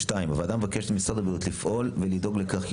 הוועדה מבקשת ממשרד הבריאות לפעול ולדאוג לכך כי